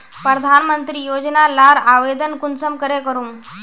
प्रधानमंत्री योजना लार आवेदन कुंसम करे करूम?